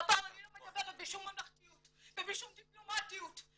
והפעם אני לא מדברת בשום ממלכתיות ובשום דיפלומטיות,